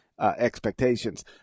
expectations